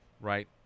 right